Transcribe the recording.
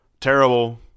terrible